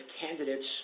candidates